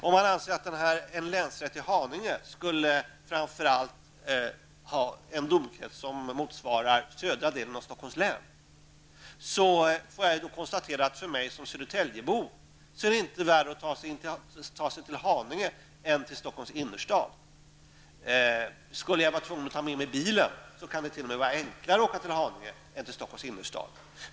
Om man anser att en länsrätt i Haninge framför allt skulle ha en domkrets som motsvarar södra delen av Stockholms län, kan jag konstatera att det för mig som södertäljebo inte är värre att ta sig till Haninge än till Stockholms innerstad. Skulle jag vara tvungen att använda bilen, kan det t.o.m. vara enklare att åka till Haninge än till Stockholms innerstad.